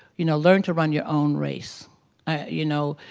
you know, learn to run your own race you know.